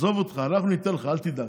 עזוב אותך, אנחנו ניתן לך, אל תדאג.